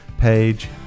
page